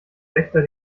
wächter